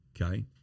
okay